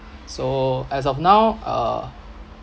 so as of now uh